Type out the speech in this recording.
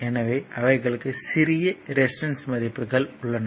எனவே அவைகளுக்கு சிறிய ரெசிஸ்டன்ஸ் மதிப்புகள் உள்ளன